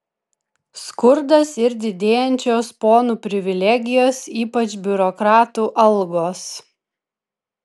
skurdas ir didėjančios ponų privilegijos ypač biurokratų algos